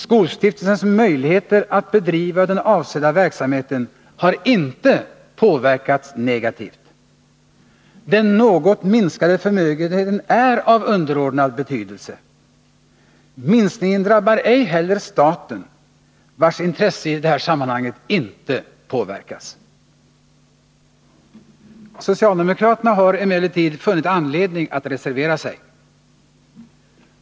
Skolstiftelsens möjligheter att bedriva den avsedda verksamheten har inte påverkats negativt. Den något minskade förmögenheten är av underordnad betydelse. Minskningen drabbar ej heller staten, vars intresse i sammanhanget ej påverkas. Socialdemokraterna har emellertid funnit anledning att reservera sig.